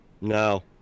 No